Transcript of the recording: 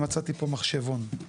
מצאתי פה מחשבון.